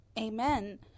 Amen